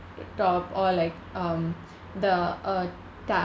or like um the uh